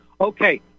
okay